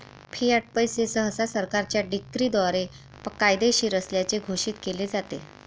Fiat पैसे सहसा सरकारच्या डिक्रीद्वारे कायदेशीर असल्याचे घोषित केले जाते